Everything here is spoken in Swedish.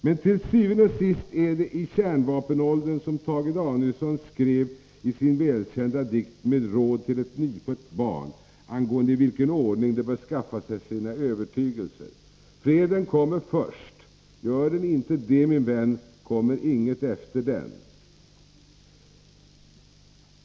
Men til syvende og sidst är det i kärnvapenåldern som Tage Danielsson skrev sin välkända dikt med råd till ett nyfött barn angående i vilken ordning det bör skaffa sig sina övertygelser: Freden kommer först. Gör den inte det, min vän kommer inget efter den.